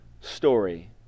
story